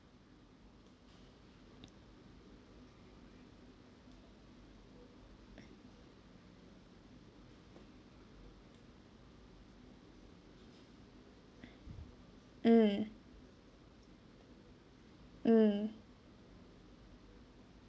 mm mm